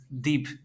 deep